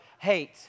hate